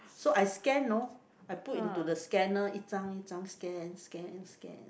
so I scan you know I put into the scanner 一张一张 scan scan scan